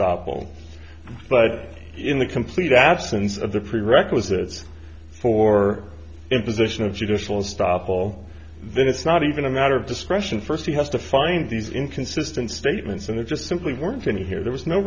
stoppel but in the complete absence of the prerequisites for imposition of judicial stoppel then it's not even a matter of discretion first he has to find these inconsistent statements and it just simply weren't going here there was no